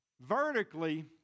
Vertically